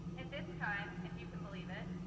at this time, if you can believe it,